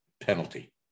penalty